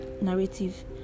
narrative